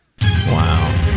Wow